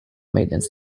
maintenance